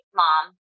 mom